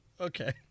Okay